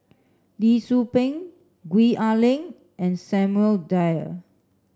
Lee Tzu Pheng Gwee Ah Leng and Samuel Dyer